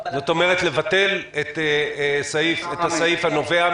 אני מעלה להצבעה את החוק בנוסח הוועדה כולל סעיף החמישה ימים,